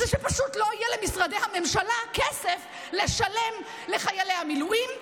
זה שפשוט לא יהיה למשרדי הממשלה כסף לשלם לחיילי המילואים,